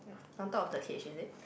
on top of the cage is it